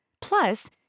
Plus